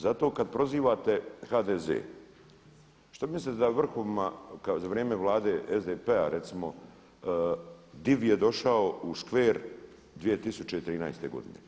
Zato kad prozivate HDZ što mislite da vrhovima za vrijeme Vlade SDP-a recimo DIV je došao u škver 2013. godine.